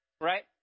right